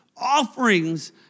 Offerings